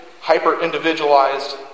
hyper-individualized